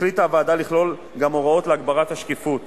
החליטה הוועדה גם לכלול הוראות להגברת השקיפות